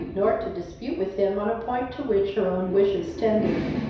nor to dispute with him on a point to which her own wishes tended.